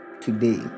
today